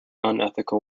unethical